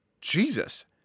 Jesus